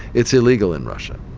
it's illegal in russia.